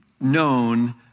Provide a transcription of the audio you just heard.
known